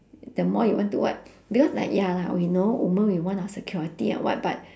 the more you want to what because like ya lah we know women we want our security and what but